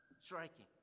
Striking